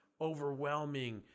overwhelming